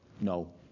No